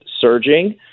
surging